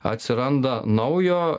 atsiranda naujo